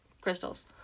crystals